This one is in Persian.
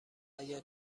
اگر